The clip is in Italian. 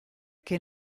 che